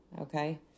Okay